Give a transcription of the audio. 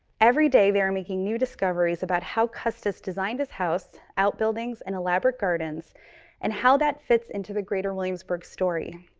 every day, they're making new discoveries about how custis designed his house, outbuildings and elaborate gardens and how that fits into the greater williamsburg story.